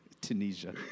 Tunisia